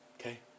Okay